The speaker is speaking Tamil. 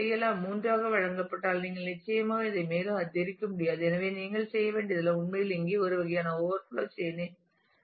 அது 3 ஆக வழங்கப்பட்டால் நீங்கள் நிச்சயமாக இதை மேலும் அதிகரிக்க முடியாது எனவே நீங்கள் செய்ய வேண்டியதெல்லாம் உண்மையில் இங்கே ஒரு வகையான ஓவர்ஃப்லோ செயின் ஐ செய்வதுதான்